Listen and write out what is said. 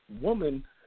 woman